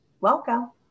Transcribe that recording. welcome